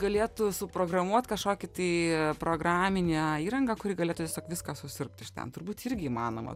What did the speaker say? galėtų suprogramuot kažkokį tai programinę įrangą kuri galėtų tiesiog viską susiurbti iš ten turbūt irgi įmanoma